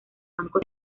banco